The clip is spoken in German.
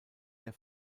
der